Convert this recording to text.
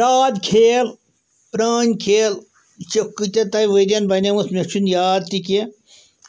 یاد کھیل پرٛٲنۍ کھیل چھِ کۭتیٛاہ تانۍ ؤرۍ یَن بَنیمٕژ مےٚ چھُنہٕ یاد تہِ کیٚنٛہہ